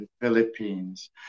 Philippines